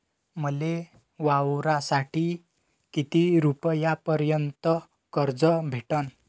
मले वावरासाठी किती रुपयापर्यंत कर्ज भेटन?